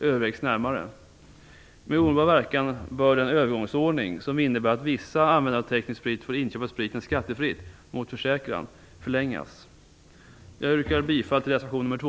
Med omedelbar verkan bör den övergångsordning förlängas, som innebär att vissa användare av teknisk sprit får inköpa spriten skattefritt mot försäkran. Jag yrkar bifall till reservation 2.